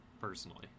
personally